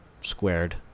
Squared